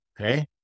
okay